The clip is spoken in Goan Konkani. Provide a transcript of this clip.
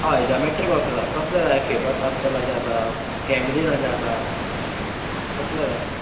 हय जोमेट्री बॉक्स आसा कसले जाय फेबर कास्टेलेचे आसा केमलिनाचे आसा कसले जाय